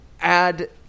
add